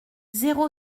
zéro